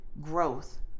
growth